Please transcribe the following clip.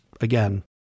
again